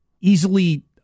easily